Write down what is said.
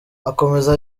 akomeza